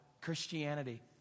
Christianity